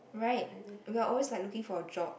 right we are always like looking for a job